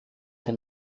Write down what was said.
den